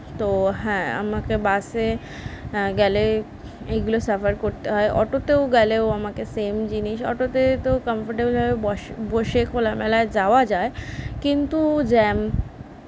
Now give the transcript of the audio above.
তো হ্যাঁ আমাকে বাসে গেলে এইগুলো সাফার করতে হয় অটোতেও গেলেও আমাকে সেম জিনিস অটোতে তো কম্ফর্টেবলভাবে বস বসে খোলামেলা যাওয়া যায় কিন্তু জ্যাম